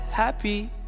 Happy